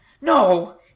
No